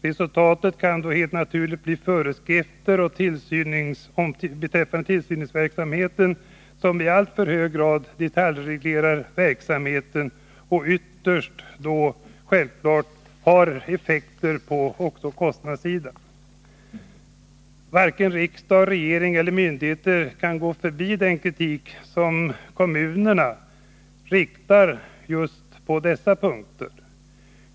Resultatet kan då helt naturligt bli föreskrifter och tillsynsverksamhet, som i alltför hög grad detaljreglerar verksamheten och ytterst självfallet har effekter på kostnadssidan. Varken riksdag, regering eller myndigheter kan gå förbi den kritik som kommunerna riktar på dessa punkter.